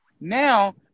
Now